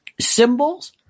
symbols